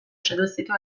seduzitu